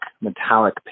metallic